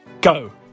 Go